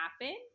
happen